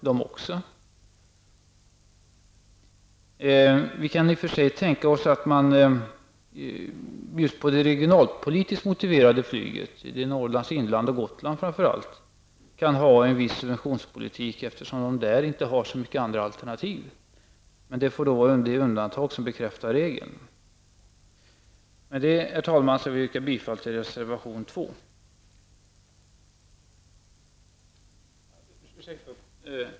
Vi kan i och för sig tänka oss att man just när det gäller det regionalpolitiskt motiverade flyget inom Norrlands inland och Gotland framför allt kan ha en viss subventionspolitik, eftersom där inte finns så många andra alternativ. Det får vara det undantag som bekräftar regeln. Herr talman! Med detta yrkar jag bifall till reservation 2.